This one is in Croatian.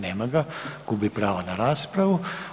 Nema ga, gubi pravo na raspravu.